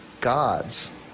gods